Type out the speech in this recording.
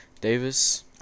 davis